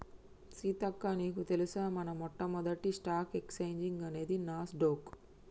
సీతక్క నీకు తెలుసా మన మొట్టమొదటి స్టాక్ ఎక్స్చేంజ్ అనేది నాస్ డొక్